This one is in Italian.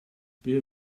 per